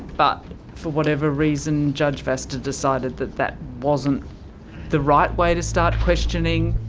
but for whatever reason, judge vasta decided that that wasn't the right way to start questioning.